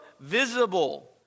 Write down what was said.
visible